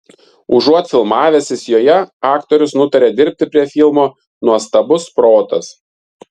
užuot filmavęsis joje aktorius nutarė dirbti prie filmo nuostabus protas